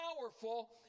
powerful